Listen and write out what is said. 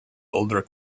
older